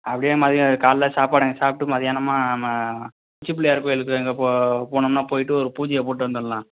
அப்படியே மதியம் காலைல சாப்பாடு சாப்பிட்டுட்டு மதியானமாக நம்ம உச்சி பிள்ளையார் கோவிலுக்கு அங்கே போ போனோம்னா போய்ட்டு ஒரு பூஜையை போட்டு வந்துடலாம்